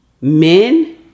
men